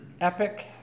epic